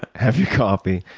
have your coffee,